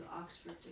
Oxford